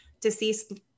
deceased